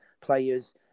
players